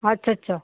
ਅੱਛਾ ਅੱਛਾ